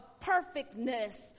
perfectness